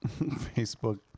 Facebook